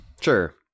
Sure